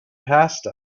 pasta